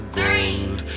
three